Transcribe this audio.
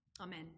Amen